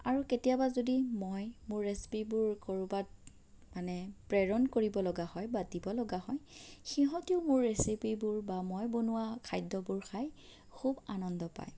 আৰু কেতিয়াবা যদি মই মোৰ ৰেচিপিবোৰ ক'ৰবাত মানে প্ৰেৰণ কৰিবলগা হয় বা দিবলগা হয় সিহঁতেও মোৰ ৰেচিপিবোৰ বা মই বনোৱা খাদ্যবোৰ খাই খুব আনন্দ পায়